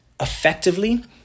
effectively